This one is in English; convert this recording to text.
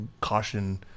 caution